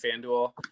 FanDuel